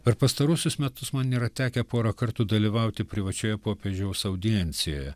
per pastaruosius metus man yra tekę porą kartų dalyvauti privačioje popiežiaus audiencijoje